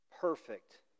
perfect